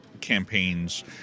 campaigns